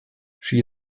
she